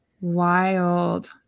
wild